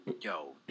yo